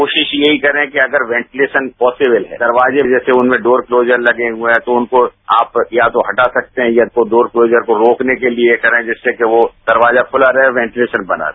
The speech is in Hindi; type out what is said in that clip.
कोशिश यही करें कि अगर वॉटिलेशन पॉसीबल है दरवाजे जैसे चनमें डोर क्लोजर लगे हुए हैं तो चनको आप या तो हटा सकते हैं या डोर क्लोजर को रोकने के लिए कएँ जिससे कि वो दरवाजा खुला रहे वेंटिलेशन बना रहे